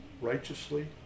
righteously